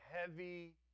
heavy